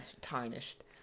tarnished